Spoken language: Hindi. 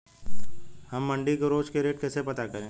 हम मंडी के रोज के रेट कैसे पता करें?